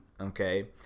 okay